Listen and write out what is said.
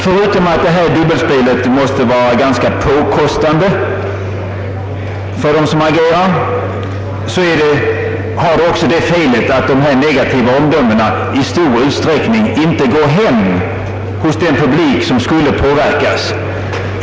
Förutom att detta dubbelspel måste vara ganska påfrestande för dem som agerar, har det också felet att dessa negativa omdömen i stor utsträckning inte går hem hos den publik som skulle påverkas.